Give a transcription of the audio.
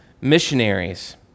missionaries